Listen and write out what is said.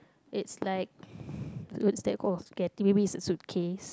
it's like okay I think maybe it's a suitcase